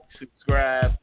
subscribe